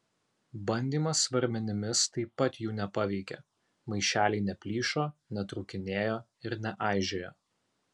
bandymas svarmenimis taip pat jų nepaveikė maišeliai neplyšo netrūkinėjo ir neaižėjo